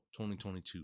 2022